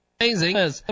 Amazing